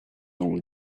only